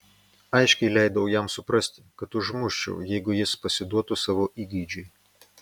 aiškiai leidau jam suprasti kad užmuščiau jeigu jis pasiduotų savo įgeidžiui